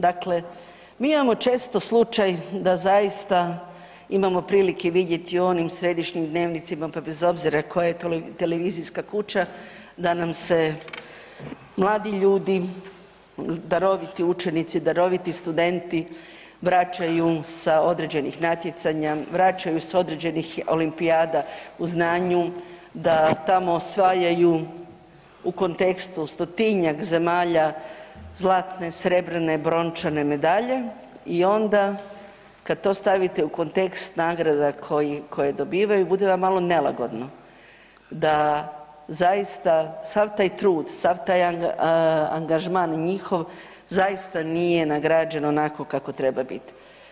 Dakle, mi imamo često slučaj da zaista imamo prilike vidjeti u onim središnjih dnevnicima, pa bez obzira koja je televizijska kuća, da nam se mladi ljudi, daroviti učenici, daroviti studenti vraćaju sa određenih natjecanja, vraćaju s određenih olimpijada u znanju, da tamo osvajaju u kontekstu stotinjak zemalja zlatne, srebrene, brončane medalje i onda kad to stavite u kontekst nagrada koje dobivaju, bude vam malo nelagodno, da zaista sav taj trud, sam taj angažman njihov zaista nije nagrađeno onako kako treba biti.